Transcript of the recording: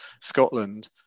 Scotland